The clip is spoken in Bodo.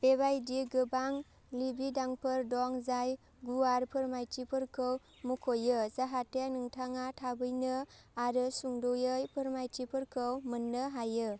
बेबायदि गोबां लिबिदांफोर दं जाय गुवार फोरमायथिफोरखौ मुंख'यो जाहाते नोंथाङा थाबैनो आरो सुंद'यै फोरमायथिफोरखौ मोन्नो हायो